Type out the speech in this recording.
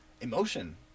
emotion